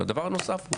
הדבר הנוסף,